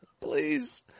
Please